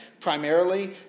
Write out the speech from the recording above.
Primarily